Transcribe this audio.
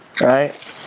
right